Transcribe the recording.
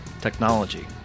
technology